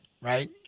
right